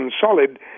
solid